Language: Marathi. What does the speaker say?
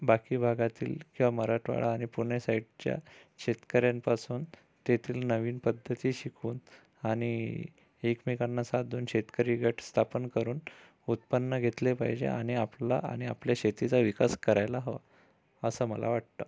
बाकी भागातील वा मराठवाडा आणि पुणे साईडच्या शेतकऱ्यांपासून तेथील नवीन पद्धती शिकून आणि एकमेकांना साथ देऊन शेतकरी गट स्थापन करून उत्पन्न घेतले पाहिजे आणि आपला आणि आपल्या शेतीचा विकास करायला हवा असं मला वाटतं